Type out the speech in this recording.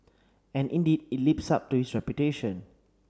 and indeed it lives up to its reputation